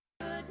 Good